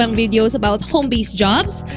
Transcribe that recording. um videos about home based-jobs